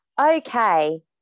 okay